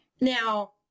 Now